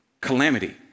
calamity